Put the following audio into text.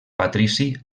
patrici